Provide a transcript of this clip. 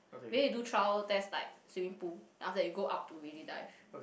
maybe you do trial test like swimming pool then after that you go out to really dive